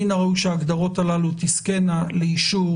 מן הראוי שההגדרות הללו תזכינה לאישור